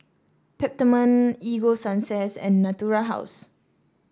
Peptamen Ego Sunsense and Natura House